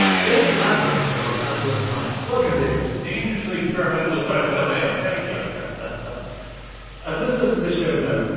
david lazarus of the los angeles times. welcome, david dangerously experimental is my middle name. thank you. ah ah as listeners to this show know,